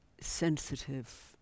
sensitive